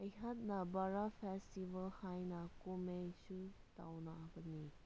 ꯑꯩꯍꯥꯛꯅ ꯕꯔꯥꯛ ꯐꯦꯁꯇꯤꯚꯦꯜ ꯍꯥꯏꯅ ꯀꯨꯝꯍꯩꯁꯨ ꯇꯧꯅꯕꯅꯤ